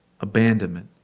Abandonment